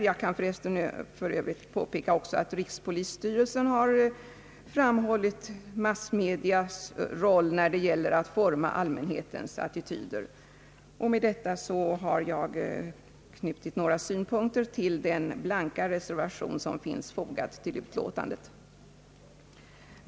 Jag kan påpeka att även rikspolisstyrelsen har framhållit massmedias roll när det gäller att forma allmänhetens attityder. Med detta, herr talman, har jag knutit några synpunkter till den blanka reservation som finns fogad till utlåtandet.